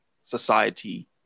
society